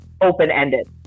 open-ended